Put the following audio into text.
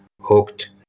Hooked